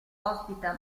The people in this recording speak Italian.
ospita